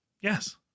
Yes